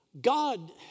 God